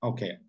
Okay